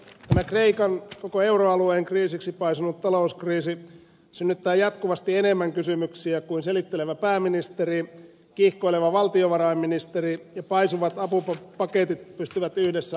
tämä kreikan koko euroalueen kriisiksi paisunut talouskriisi synnyttää jatkuvasti enemmän kysymyksiä kuin selittelevä pääministeri kiihkoileva valtiovarainministeri ja paisuvat apupaketit pystyvät yhdessä antamaan